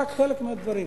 רק חלק מהדברים,